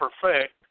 perfect